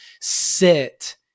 sit